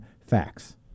facts